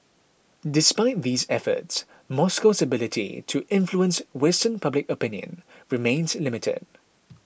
despite these efforts Moscow's ability to influence Western public opinion remains limited